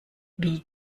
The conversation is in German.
wie